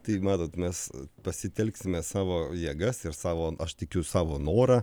tai matot mes pasitelksime savo jėgas ir savo aš tikiu savo norą